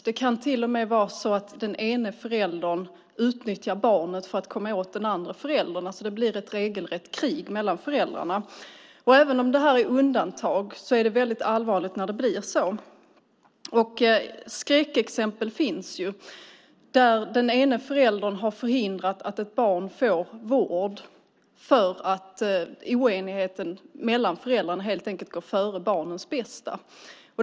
Det kan till och med vara så att den ene föräldern utnyttjar barnet för att komma åt den andre föräldern; det blir ett regelrätt krig mellan föräldrarna. Även om det är undantag är det väldigt allvarligt när det blir så. Skräckexempel finns, där den ene föräldern har förhindrat att ett barn får vård därför att oenigheten mellan föräldrarna helt enkelt går före barnets bästa.